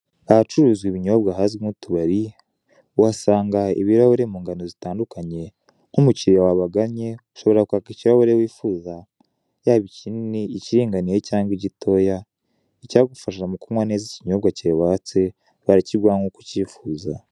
Ahacuruzizwa ibinyobwa hazwi nko mu tubari, uhasanga ibirahure mu ngano zitandukanye, nk'umukiriya wabaganye, ushobora kwaka ikirahure wifuza yaba ikinini, ikiringaniye, cyangwa igitoya, icyagufasha mu kunywa neza ikinyobwa cyawe watse barakiguha nk'uko ukifuza